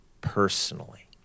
personally